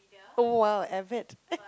oh !wow! I bet